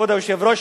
כבוד היושב-ראש,